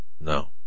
no